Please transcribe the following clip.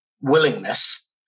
willingness